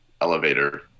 elevator